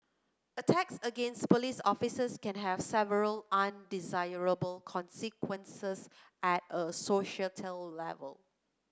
attacks against police officers can have several undesirable consequences at a societal level